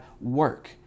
work